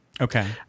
okay